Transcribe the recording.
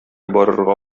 барырга